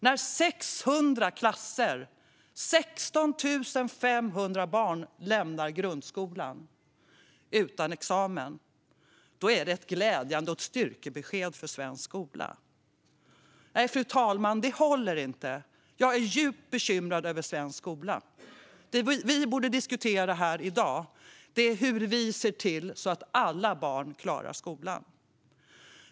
När 600 klasser, 16 500 barn, lämnar grundskolan utan examen är det "glädjande och ett styrkebesked för svensk skola". Nej, fru talman, det håller inte. Jag är djupt bekymrad över svensk skola. Det vi borde diskutera här i dag är hur vi ser till att alla barn klarar skolan.